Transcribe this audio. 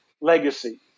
legacy